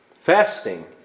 fasting